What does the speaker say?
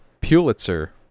Pulitzer